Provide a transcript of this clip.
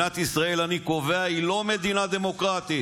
אני קובע שמדינת ישראל היא לא מדינה דמוקרטית,